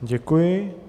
Děkuji.